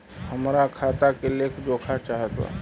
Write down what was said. हमरा खाता के लेख जोखा चाहत बा?